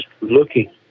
looking